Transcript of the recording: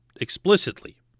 explicitly